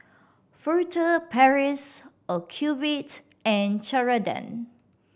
Furtere Paris Ocuvite and Ceradan